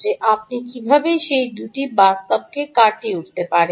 যে আপনি কীভাবে সেই দুটি বাস্তবকে কাটিয়ে উঠতে পারেন